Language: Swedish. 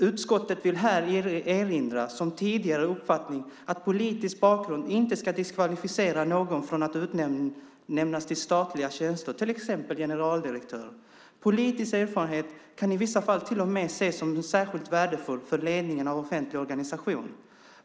Utskottet vill här erinra om sin tidigare uppfattning att politisk bakgrund inte skall diskvalificera någon från att utnämnas till statlig tjänst, t.ex. generaldirektör. Politisk erfarenhet kan i vissa fall till och med ses som särskilt värdefull för ledningen av en offentlig organisation.